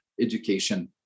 education